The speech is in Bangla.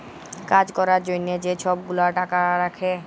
কাজ ক্যরার জ্যনহে যে ছব গুলা টাকা রাখ্যে